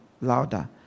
louder